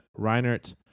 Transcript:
Reinert